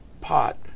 Pot